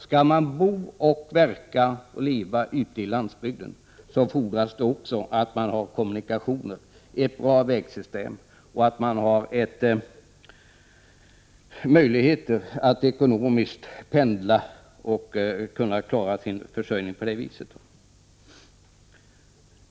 Skall man bo och verka på landsbygden, fordras det goda kommunikationer, bra vägar och möjligheter att pendla för att kunna klara sin försörjning.